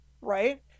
right